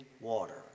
water